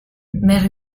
mère